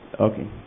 Okay